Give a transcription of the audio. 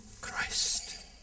Christ